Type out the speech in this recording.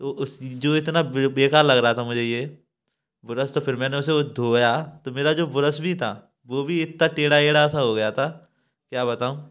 तो उस जो इतना बेकार लग रहा था मुझे ये ब्रस तो फिर मैंने उसे वो धोया तो मेरा जो ब्रश भी था वो भी इतना टेड़ा एड़ा सा हो गया था क्या बताऊँ